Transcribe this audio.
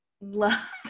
love